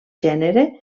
gènere